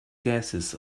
gases